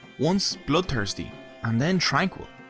once bloodthirsty and then tranquil.